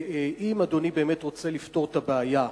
אם אדוני באמת רוצה לפתור את הבעיה,